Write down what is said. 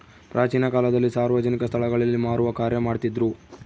ಪ್ರಾಚೀನ ಕಾಲದಲ್ಲಿ ಸಾರ್ವಜನಿಕ ಸ್ಟಳಗಳಲ್ಲಿ ಮಾರುವ ಕಾರ್ಯ ಮಾಡ್ತಿದ್ರು